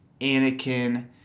Anakin